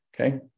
Okay